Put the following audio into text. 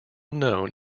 known